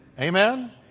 Amen